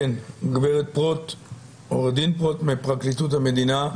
הגברת בת-עמי ברוט מפרקליטות המדינה,